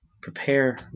prepare